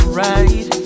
right